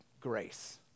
grace